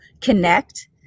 connect